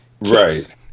right